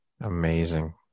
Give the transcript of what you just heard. Amazing